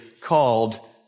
called